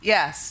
Yes